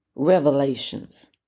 Revelations